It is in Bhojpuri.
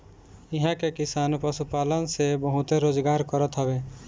इहां के किसान पशुपालन से बहुते रोजगार करत हवे